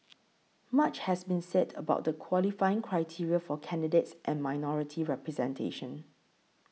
much has been said about the qualifying criteria for candidates and minority representation